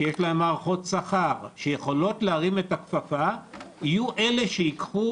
שיש להם מערכות שכר ויכולים להרים את הכפפה יהיו אלה שייקחו